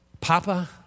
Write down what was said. Papa